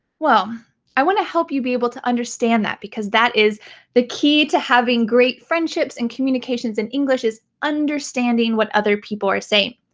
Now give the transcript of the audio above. well i want to help you be able to understand that, because that is the key to having great friendships and communications in english is understanding what other people are saying.